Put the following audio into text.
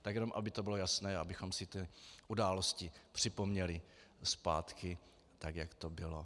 Tak jenom aby to bylo jasné, abychom si ty události připomněli zpátky, tak jak to bylo.